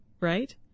right